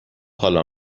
حالا